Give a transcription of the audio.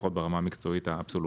לפחות ברמה המקצועית האבסולוטית,